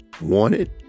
wanted